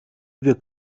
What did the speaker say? wir